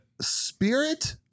Spirit